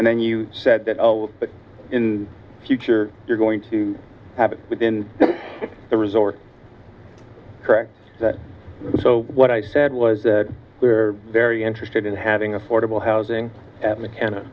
and then you said that all but in the future you're going to happen within the resort correct so what i said was that we're very interested in having affordable housing at mckenna